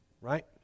right